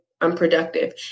unproductive